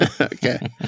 Okay